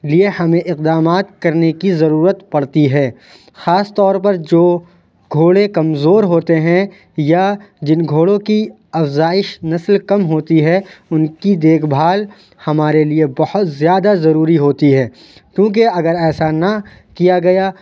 لیے ہمیں اقدامات کرنے کی ضرورت پڑتی ہے خاص طور پر جو گھوڑے کمزور ہوتے ہیں یا جن گھوڑوں کی افزائش نسل کم ہوتی ہے ان کی دیکھ بھال ہمارے لیے بہت زیادہ ضروری ہوتی ہے کیونکہ اگر ایسا نہ کیا گیا